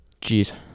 Jeez